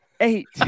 Eight